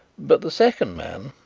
but the second man,